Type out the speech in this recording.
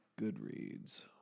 Goodreads